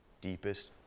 deepest